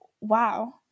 wow